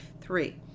Three